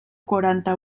quaranta